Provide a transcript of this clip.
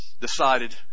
decided